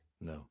No